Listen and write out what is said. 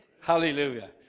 Hallelujah